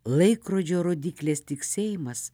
laikrodžio rodyklės tiksėjimas